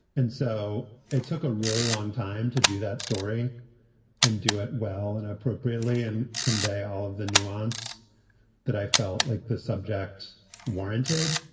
and so it took a really long time to do that story and do it well and appropriately and convey all of the nuance that i felt like the subject warranted.